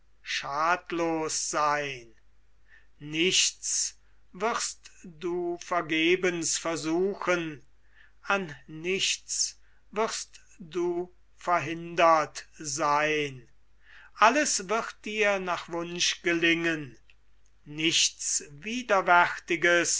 schadlos sein nichts wirst du vergebens versuchen an nichts wirst du verhindert sein alles wird dir nach wunsch gelingen nichts